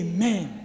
Amen